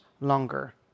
longer